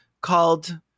called